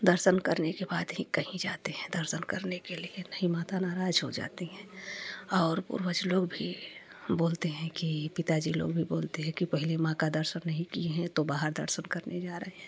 दर्शन करने के बाद ही कहीं जाते हैं दर्शन करने के लिए नहीं माता नाराज हो जाती हैं और पूर्वज लोग भी बोलते हैं कि पिता जी लोग भी बोलते हैं कि पहले माँ का दर्शन नहीं किए हैं तो बाहर दर्शन करने जा रहे हैं